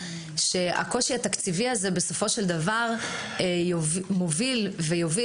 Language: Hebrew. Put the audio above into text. הוא שהקושי התקציבי הזה בסופו של דבר מוביל ויוביל